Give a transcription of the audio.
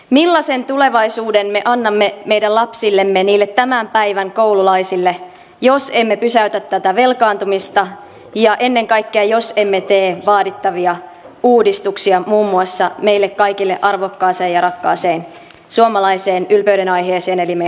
millaisen tulevaisuuden me annamme meidän lapsillemme niille tämän päivän koululaisille jos emme pysäytä tätä velkaantumista ja ennen kaikkea jos emme tee vaadittavia uudistuksia muun muassa meille kaikille arvokkaaseen ja rakkaaseen suomalaiseen ylpeydenaiheeseen eli meidän koulutusjärjestelmäämme